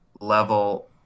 level